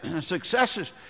successes